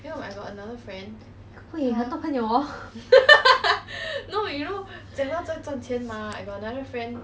喂你有很多朋友 hor